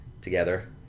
together